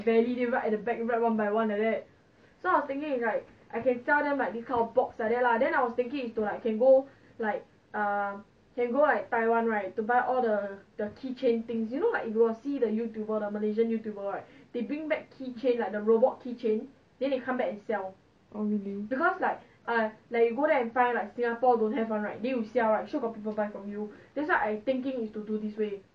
oh really